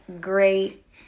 great